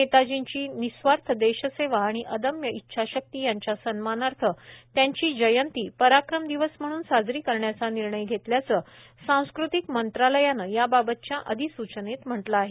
नेतार्जींची निस्वार्थ देशसेवा आणि अदम्य इच्छाशक्ती यांच्या सन्मानार्थ त्यांची जयंती पराक्रम दिवस म्हणून म्हणून साजरी करण्याचा निर्णय घेतल्याचं सांस्कृतिक मंत्रालयानं याबाबतच्या अधिसूचनेत म्हटलं आहे